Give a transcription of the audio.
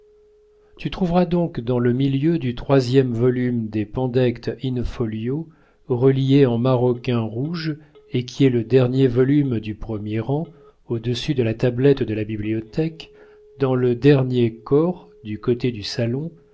tu trouveras donc dans le milieu du troisième volume des pandectes in-folio reliées en maroquin rouge et qui est le dernier volume du premier rang au-dessus de la tablette de la bibliothèque dans le dernier corps du côté du salon